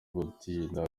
gutinda